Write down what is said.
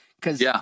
Cause